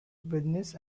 business